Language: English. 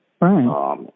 Right